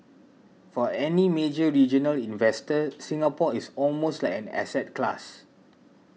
for any major regional investor Singapore is almost like an asset class